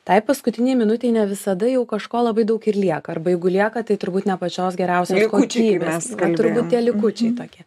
tai paskutinei minutei ne visada jau kažko labai daug ir lieka arba jeigu lieka tai turbūt ne pačios geriausios kokybės kad turbūt tie likučiai tokie